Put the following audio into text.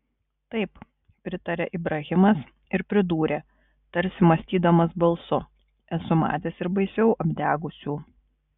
taip pritarė ibrahimas ir pridūrė tarsi mąstydamas balsu esu matęs ir baisiau apdegusių